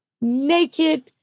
naked